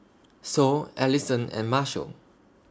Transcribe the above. Sol Ellison and Marshal